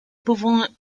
pouvant